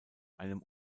einem